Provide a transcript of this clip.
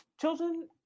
children